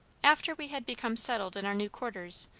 after we had become settled in our new quarters,